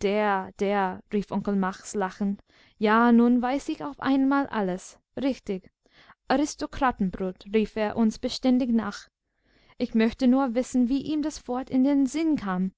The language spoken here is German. der der rief onkel max lachend ja nun weiß ich auf einmal alles richtig aristokratenbrut rief er uns beständig nach ich möchte nur wissen wie ihm das wort in den sinn kam